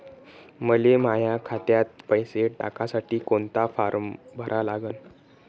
मले माह्या खात्यात पैसे टाकासाठी कोंता फारम भरा लागन?